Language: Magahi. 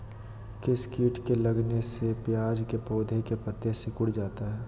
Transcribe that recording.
किस किट के लगने से प्याज के पौधे के पत्ते सिकुड़ जाता है?